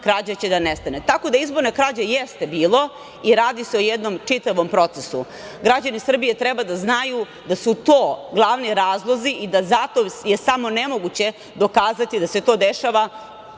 krađa će da nestane. Izborne krađe jeste bilo i radi se o jednom čitavom procesu. Građani Srbije treba da znaju da su to glavni razlozi i je zato samo nemoguće dokazati da se to dešava